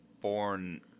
born